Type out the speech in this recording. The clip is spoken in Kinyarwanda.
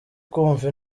kumva